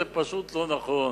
זה פשוט לא נכון,